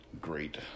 Great